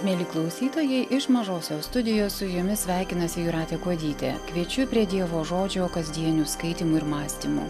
mieli klausytojai iš mažosios studijos su jumis sveikinasi jūratė kuodytė kviečiu prie dievo žodžio kasdienių skaitymų ir mąstymų